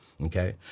Okay